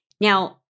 Now